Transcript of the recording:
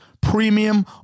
Premium